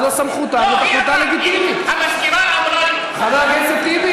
אבל אני לא רוצה לעשות את זה,